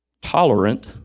tolerant